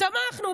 תמכנו.